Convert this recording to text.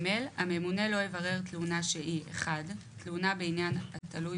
הממונה לא יברר תלונה שהיא תלונה בעניין התלוי